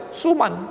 suman